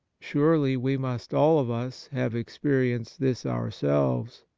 surely we must all of us have experienced this ourselves.